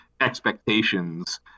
expectations